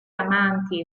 amanti